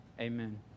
Amen